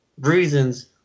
reasons